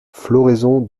floraison